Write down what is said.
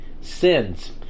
sins